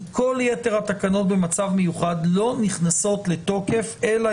אם כל יתר התקנות במצב מיוחד לא נכנסות לתוקף אלא